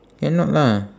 cannot lah